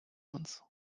uns